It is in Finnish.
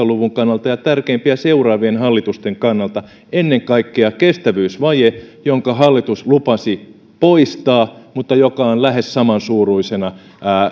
luvun kannalta ja tärkeimpiä seuraavien hallitusten kannalta ennen kaikkea kestävyysvaje jonka hallitus lupasi poistaa mutta joka on lähes samansuuruisena